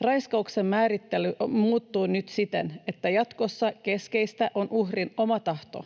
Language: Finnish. Raiskauksen määrittely muuttuu nyt siten, että jatkossa keskeistä on uhrin oma tahto.